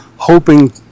hoping